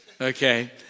okay